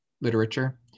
literature